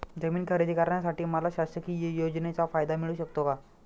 जमीन खरेदी करण्यासाठी मला शासकीय योजनेचा फायदा मिळू शकतो का?